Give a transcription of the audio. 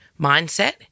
mindset